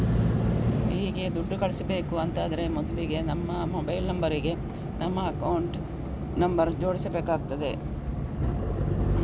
ಹೀಗೆ ದುಡ್ಡು ಕಳಿಸ್ಬೇಕು ಅಂತಾದ್ರೆ ಮೊದ್ಲಿಗೆ ನಮ್ಮ ಮೊಬೈಲ್ ನಂಬರ್ ಗೆ ನಮ್ಮ ಅಕೌಂಟ್ ನಂಬರ್ ಜೋಡಿಸ್ಬೇಕಾಗ್ತದೆ